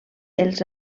els